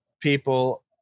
people